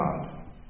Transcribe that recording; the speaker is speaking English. God